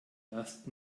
erst